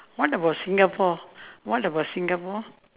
what about singapore what about singapore